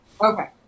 Okay